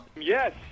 Yes